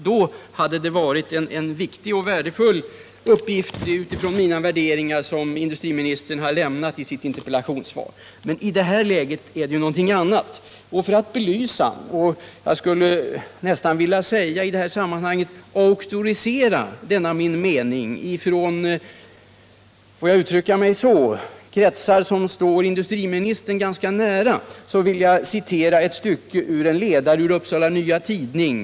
Då hade det utifrån mina värderingar varit en viktig och värdefull uppgift som industriministern lämnat i sitt interpellationssvar, men i det här läget är det ju något annat. För att så att säga auktorisera denna min mening från, om jag får uttrycka mig så, kretsar som står industriministern ganska nära vill jag citera ett stycke ur en ledare i Upsala Nya Tidning.